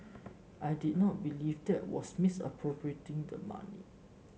I did not believe that was misappropriating the money